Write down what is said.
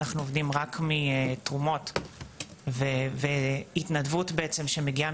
אנחנו עובדים רק מתרומות והתנדבות בעצם שמגיעה